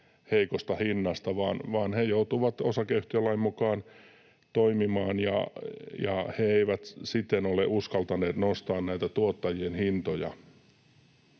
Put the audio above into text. heikosta hinnasta, vaan he joutuvat osakeyhtiölain mukaan toimimaan, ja he eivät siten ole uskaltaneet nostaa tuottajien hintoja.